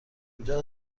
اینجا